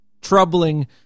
troubling